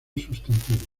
sustantivo